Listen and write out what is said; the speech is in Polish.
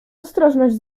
ostrożność